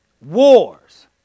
wars